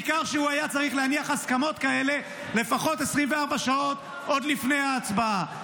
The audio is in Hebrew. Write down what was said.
בעיקר שהוא היה צריך להניח הסכמות כאלה לפחות 24 שעות עוד לפני ההצבעה.